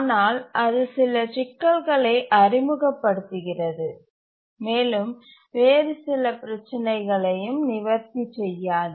ஆனால் அது சில சிக்கல்களை அறிமுகப்படுத்துகிறது மேலும் வேறு சில பிரச்சினைகளையும் நிவர்த்தி செய்யாது